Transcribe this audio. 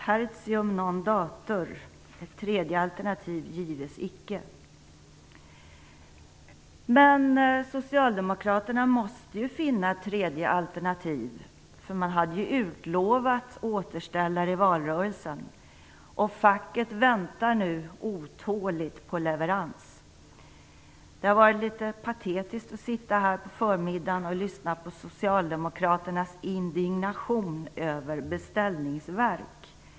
Tertium non datur - ett tredje alternativ gives icke. Men socialdemokraterna måste finna ett tredje alternativ. För man hade ju utlovat återställare i valrörelsen, och facket väntar nu otåligt på leverans. När jag har suttit här under förmiddagen har det känts litet patetiskt att lyssna till socialdemokraternas indignation över beställningsverk.